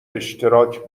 اشتراک